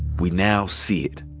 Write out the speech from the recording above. we now see it.